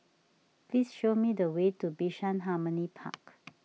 please show me the way to Bishan Harmony Park